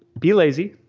be lazy,